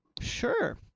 sure